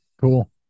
Cool